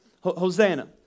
Hosanna